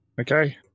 Okay